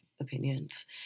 opinions